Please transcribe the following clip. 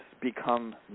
become